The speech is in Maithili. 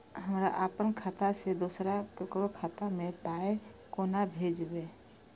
हमरा आपन खाता से दोसर ककरो खाता मे पाय कोना भेजबै?